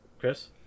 chris